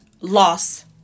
loss